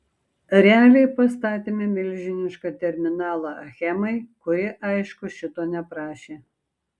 realiai pastatėme milžinišką terminalą achemai kuri aišku šito neprašė